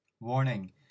Warning